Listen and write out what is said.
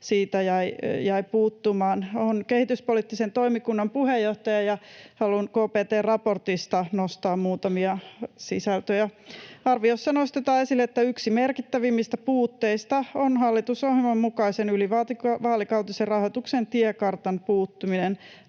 siitä jäi puuttumaan. Olen kehityspoliittisen toimikunnan puheenjohtaja, ja haluan KPT:n raportista nostaa muutamia sisältöjä: Arviossa nostetaan esille, että yksi merkittävimmistä puutteista on hallitusohjelman mukaisen, ylivaalikautisen rahoituksen tiekartan puuttuminen.